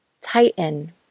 Tighten